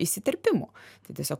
įsiterpimų tai tiesiog